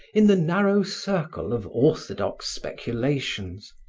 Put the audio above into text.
in the narrow circle of orthodox speculations,